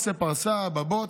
עושה פרסה בבוץ,